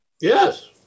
Yes